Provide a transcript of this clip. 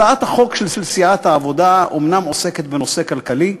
הצעת האי-אמון של סיעת העבודה אומנם עוסקת בנושא כלכלי,